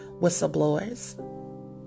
whistleblowers